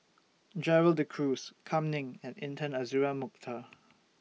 Gerald De Cruz Kam Ning and Intan Azura Mokhtar